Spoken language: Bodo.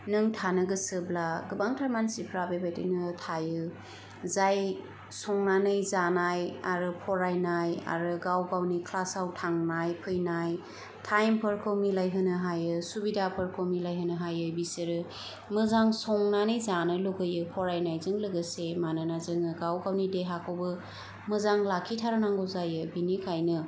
नों थानो गोसोब्ला गोबांथार मानसिफ्रा बे बायदिनो थायो जाय संनानै जानाय आरो फरायनाय आरो गाव गावनि क्लासाव थांनाय फैनाय टाइमफोरखौ मिलायहोनो हायो सुबिदाफोरखौ मिलायहोनो हायो बिसोरो मोजां संनानै जानो लुगैयो फरायनायजों लोगोसे मानोना जोङो गाव गावनि देहाखौबो मोजां लाखिथारनांगौ जायो बिनिखायनो